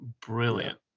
brilliant